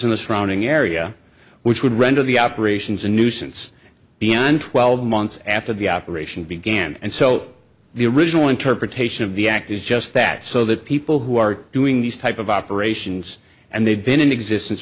in the surrounding area which would render the operations a nuisance beyond twelve months after the operation began and so the original interpretation of the act is just that so that people who are doing these type of operations and they've been in existence